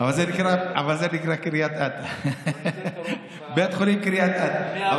אבל הוא נקרא קריית אתא, בית חולים קריית אתא.